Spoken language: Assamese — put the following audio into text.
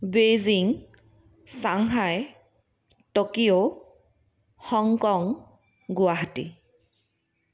Beijing Shanghai Tokyo Hong Kong Guwahati